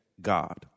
God